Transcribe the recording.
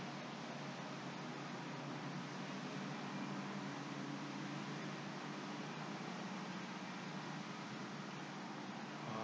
ah